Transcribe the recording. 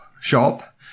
shop